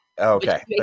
okay